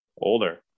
Older